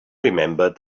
remembered